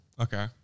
Okay